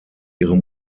ihre